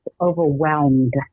overwhelmed